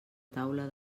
taula